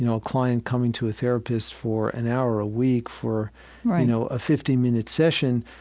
you know a client coming to a therapist for an hour a week for you know a fifty minute session